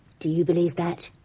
do you believe that?